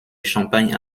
champagne